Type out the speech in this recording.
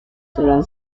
serán